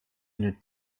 une